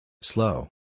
Slow